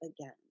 again